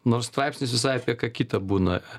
nors straipsnis visai apie ką kita būna